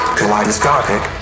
Kaleidoscopic